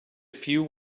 few